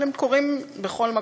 אבל הם קורים בכל מקום.